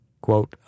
quote